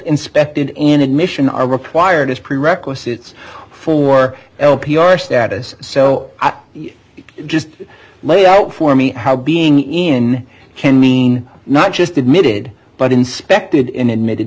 inspected and admission are required as prerequisites for l p r status so you just lay out for me how being in can mean not just admitted but inspected in admitted